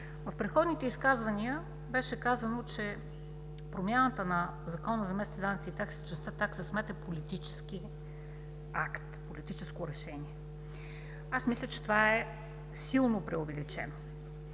В предходните изказвания беше казано, че промяната на Закона за местните данъци и такси в частта „Такса смет“ е политически акт, политическо решение. Мисля, че това е силно преувеличено.